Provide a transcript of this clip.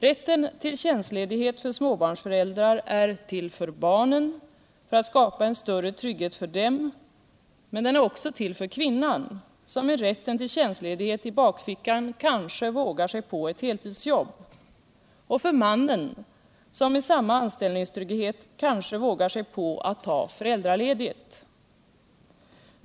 Rätten till tjänstledighet för småbarnsföräldrar är till för barnen, för att skapa en större trygghet för dem, men den är också till för kvinnan, som med rätten till tjänstledighet i bakfickan kanske vågar sig på eu heltidsjobb. Och för mannen, som med samma anställningstrygghet kanske vågar sig på att ta föräldraledighet.